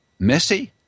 Messi